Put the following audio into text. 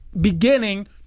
beginning